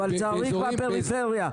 אבל צריך בפריפריה.